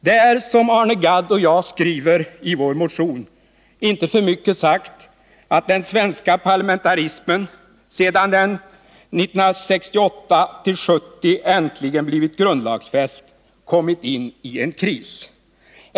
Det är, som Arne Gadd och jag skriver i vår motion, inte för mycket sagt att den svenska parlamentarismen, sedan den 1968-1970 äntligen blivit grundlagsfäst, kommit in i en krispunkt.